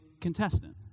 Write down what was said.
contestant